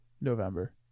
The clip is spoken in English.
November